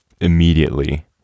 immediately